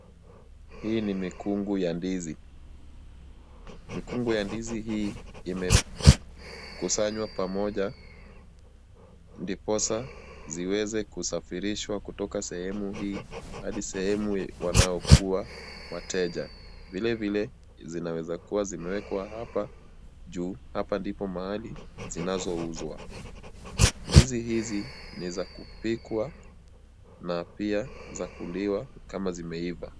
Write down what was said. Huu ni mikungu ya ndizi. Mikungu ya ndizi hii, imekusanywa pamoja ndiposa ziweze kusafirishwa kutoka sehemu hii hadi sehemu wanayokua wateja. Vilevile zinaweza kuwa zimewekwa hapa juu hapa ndipo mahali zinazouzwa. Ndizi hizi ni za kupikwa na pia za kuliwa kama zimeiva.